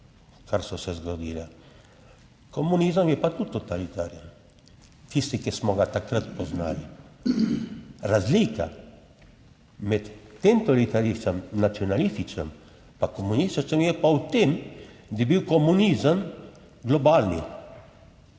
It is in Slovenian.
kar so se zgodile. Komunizem je pa tudi totalitaren, tisti, ki smo ga takrat poznali. Razlika med tem totalitarizmom, nacionalističnim pa komunističnim je pa v tem, da je bil komunizem globalni,